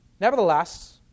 Nevertheless